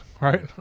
Right